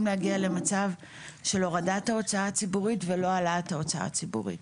להגיע למצב של הורדת ההוצאה הציבורית ולא העלאת ההוצאה הציבורית.